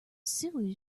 sue